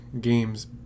games